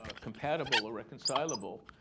ah compatible or reconcilable,